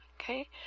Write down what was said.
Okay